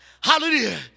Hallelujah